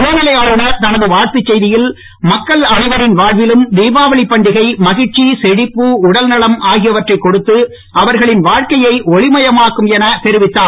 துணைநிலை ஆளுநர் தனது வாழ்த்துச் செய்தியில் மக்கள் அனைவரின் வாழ்விலும் திபாவளிப் பண்டிகை மகிழ்ச்சி செழிப்பு உடல்நலம் ஆகியவற்றை கொடுத்து அவர்களின் வாழ்க்கையை ஒளிமயமாக்கும் என தெரிவித்துள்ளார்